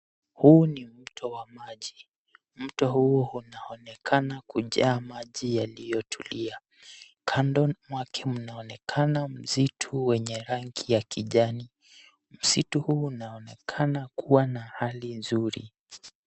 Huu ni mto wa maji. Mto huu unaonekana kujaa maji yaliyotulia. Kando mwake mnaonekana msitu wenye rangi ya kijani. Msitu huu unaonekana kuwa na hali nzuri.